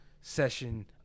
session